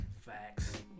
Facts